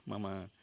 मम